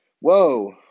whoa